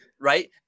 right